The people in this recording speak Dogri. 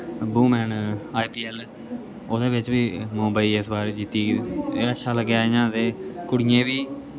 वूमेन आई पी ऐल ओह्दे बिच बी मुंबई इस बार जित्ती एह् अच्छा लग्गेया इ'यां ते कुड़िये बी